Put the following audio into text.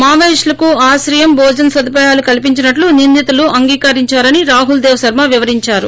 మావోయిస్టులకు ఆశ్రయం భోజన సదుపాయాలు కల్సించినట్లు నిందితులు అంగీకరించారని రాహుల్ దేవ్ శర్మ వివరించారు